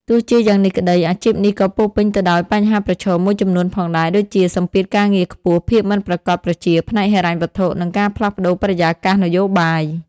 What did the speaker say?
ទោះយ៉ាងនេះក្ដី អាជីពនេះក៏ពោរពេញទៅដោយ បញ្ហាប្រឈម មួយចំនួនផងដែរ ដូចជាសម្ពាធការងារខ្ពស់ ភាពមិនប្រាកដប្រជាផ្នែកហិរញ្ញវត្ថុ និងការផ្លាស់ប្តូរបរិយាកាសនយោបាយ។